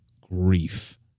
grief